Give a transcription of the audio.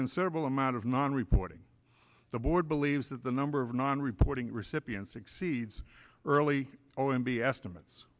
considerable amount of non reporting the board believes that the number of non reporting recipients exceeds early o m b estimates